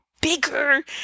bigger